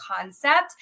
concept